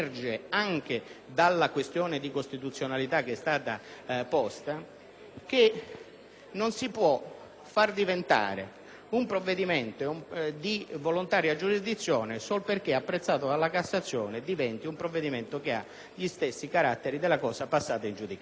dalla pregiudiziale di costituzionalità che è stata presentata, che non si può far diventare un provvedimento di volontaria giurisdizione, solo perché apprezzato dalla Cassazione, un provvedimento con gli stessi caratteri della sentenza passata in giudicato.